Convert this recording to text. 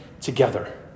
together